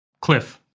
Cliff